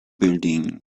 building